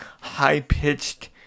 high-pitched